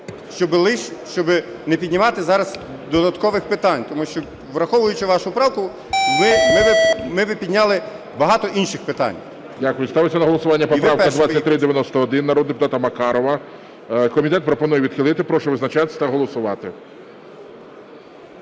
щоб не піднімати зараз додаткових питань, тому що, враховуючи вашу правку, ми би підняли багато інших питань.